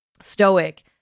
stoic